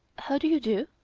how do you do?